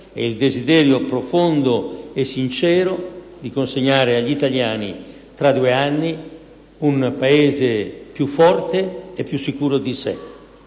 e il desiderio profondo e sincero di consegnare agli italiani, fra due anni, un Paese più forte e più sicuro di sé.